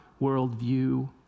worldview